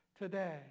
today